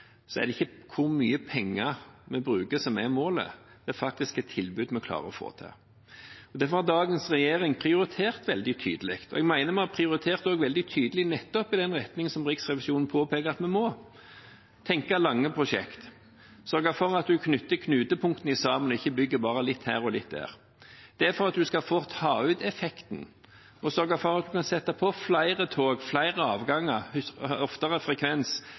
er det ikke hvor mye penger vi bruker som er målet, det er faktisk hva slags tilbud vi klarer å få til. Derfor har dagens regjering prioritert veldig tydelig, og jeg mener vi også har prioritert veldig tydelig nettopp i den retning som Riksrevisjonen påpeker at vi må: tenke lange prosjekt, sørge for at en knytter knutepunktene sammen og ikke bare bygger litt her og litt der. Det er for at en skal ha ut effekten fort og sørge for å kunne sette på flere tog, flere avganger, høyere frekvens